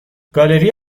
گالری